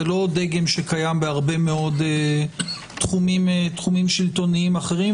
זה לא דגם שקיים בהרבה מאוד תחומי שלטוניים אחרים.